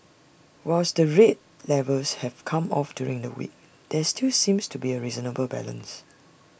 whilst the rate levels have come off during the week there still seems to be A reasonable balance